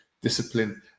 discipline